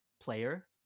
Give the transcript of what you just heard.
player